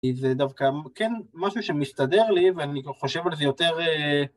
זה דווקא כן משהו שמסתדר לי ואני חושב על זה יותר